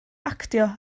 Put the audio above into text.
actio